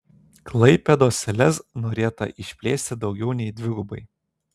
klaipėdos lez norėta išplėsti daugiau nei dvigubai